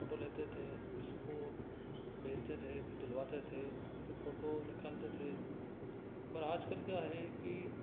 photo लेते थे उसको भेजते थे फिर धुलवाते थे फिर फ़ोटो निकालते थे पर आजकल क्या है कि